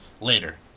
later